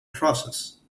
process